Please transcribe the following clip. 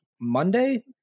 Monday